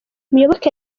muyoboke